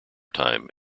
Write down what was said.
time